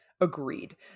Agreed